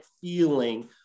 feeling